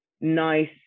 nice